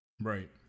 right